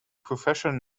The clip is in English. professional